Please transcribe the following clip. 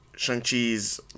Shang-Chi's